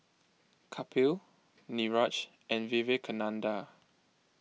Kapil Niraj and Vivekananda